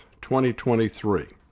2023